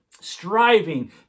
striving